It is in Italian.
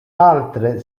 altre